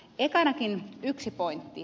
ekanakin yksi pointti